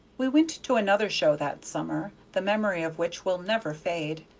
we went to another show that summer, the memory of which will never fade.